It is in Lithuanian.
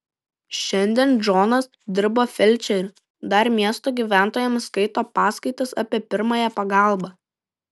šiandien džonas dirba felčeriu dar miesto gyventojams skaito paskaitas apie pirmąją pagalbą